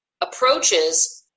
approaches